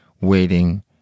waiting